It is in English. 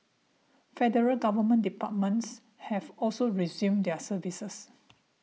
Federal Government departments have also resumed their services